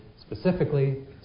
specifically